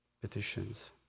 petitions